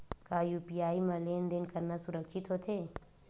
का यू.पी.आई म लेन देन करना सुरक्षित होथे?